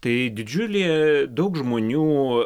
tai didžiulė daug žmonių